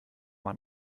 man